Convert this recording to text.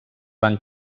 van